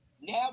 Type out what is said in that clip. now